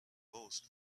most